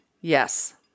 Yes